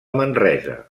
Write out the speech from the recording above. manresa